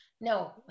No